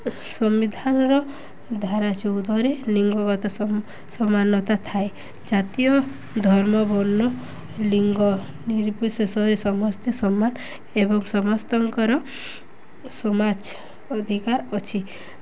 ସମ୍ବିଧାନର ଧାରା ଚଉଦରେ ଲିଙ୍ଗଗତ ସମାନତା ଥାଏ ଜାତୀୟ ଧର୍ମ ବର୍ଣ୍ଣ ଲିଙ୍ଗ ନିରପ ଶେଷରେ ସମସ୍ତେ ସମାନ ଏବଂ ସମସ୍ତଙ୍କର ସମାଜ ଅଧିକାର ଅଛି